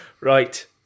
Right